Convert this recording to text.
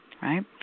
right